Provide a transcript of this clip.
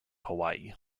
hawaii